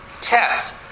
test